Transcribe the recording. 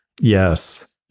Yes